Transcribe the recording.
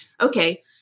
Okay